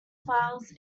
files